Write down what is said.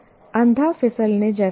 यह अंधा फिसलने जैसा है